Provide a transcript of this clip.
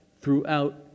throughout